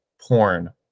porn